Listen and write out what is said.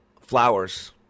flowers